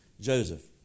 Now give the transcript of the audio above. Joseph